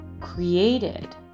created